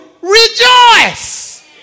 rejoice